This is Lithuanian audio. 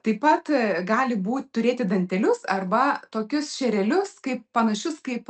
taip pat gali būt turėti dantelius arba tokius šerelius kaip panašius kaip